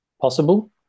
possible